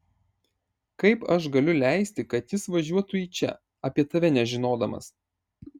kaip aš galiu leisti kad jis važiuotų į čia apie tave nežinodamas